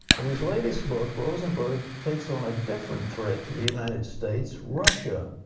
in his latest book, rosenburg takes on a different threat to the united states russia.